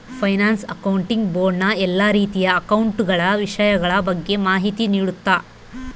finance accounting board ನ ಎಲ್ಲಾ ರೀತಿಯ ಅಕೌಂಟ ಗಳ ವಿಷಯಗಳ ಬಗ್ಗೆ ಮಾಹಿತಿ ನೀಡುತ್ತ